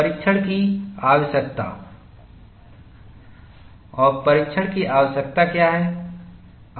परीक्षण की आवश्यकता और परीक्षण की आवश्यकताएं क्या हैं